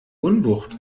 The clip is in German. unwucht